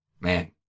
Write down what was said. Man